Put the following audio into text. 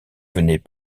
venait